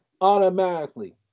automatically